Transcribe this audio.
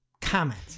comment